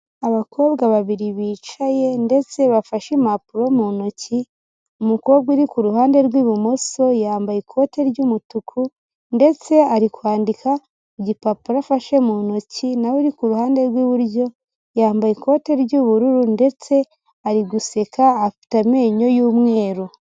Abakobwa babiri bicaye ndetse bafashe impapuro mu ntoki, umukobwa uri ku ruhande rw'ibumoso yambaye ikote ry'umutuku ndetse ari kwandika ku gipapuro afashe mu ntoki, naho uri ku ruhande rw'iburyo yambaye ikote ry'ubururu ndetse ari guseka, afite amenyo y'umweru.